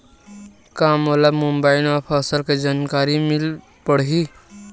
का मोला मोबाइल म फसल के जानकारी मिल पढ़ही?